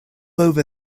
over